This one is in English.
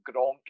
Gronk